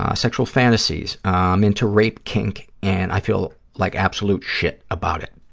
ah sexual fantasies. i'm into rape kink and i feel like absolute shit about it.